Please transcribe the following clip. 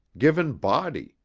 given body,